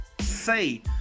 say